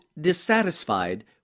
dissatisfied